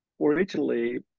originally